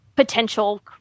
potential